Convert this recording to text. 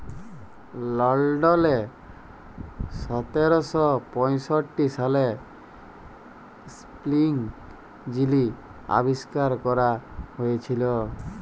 লল্ডলে সতের শ পঁয়ষট্টি সালে ইস্পিলিং যিলি আবিষ্কার ক্যরা হঁইয়েছিল